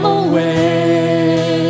away